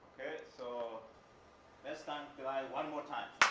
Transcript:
so last time, guys, one more time.